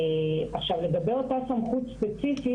עכשיו לגבי אותה סמכות ספציפית,